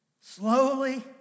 Slowly